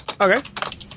okay